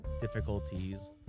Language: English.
difficulties